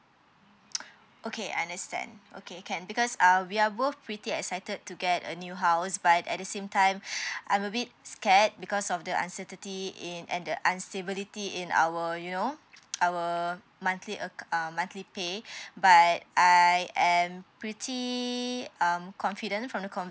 okay I understand okay can because uh we are both pretty excited to get a new house but at the same time I'm a bit scared because of the uncertainty in and the unstability in our you know our monthly ac~ uh monthly pay but I am pretty um confident from the